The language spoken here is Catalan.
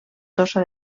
tossa